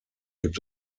gibt